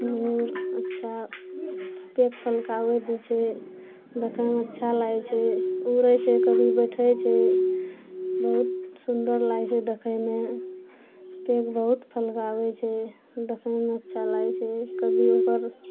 मयूर अच्छा पैंख फलकाबै भी छै देखैमे अच्छा लागै छै उड़ै छै कभी बैठै छै बहुत सुन्दर लागै छै देखैमे पैंख बहुत फलकाबै छै देखैमे अच्छा लागै छै कभी ओकर